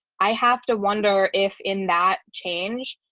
i have to wonder if in that change,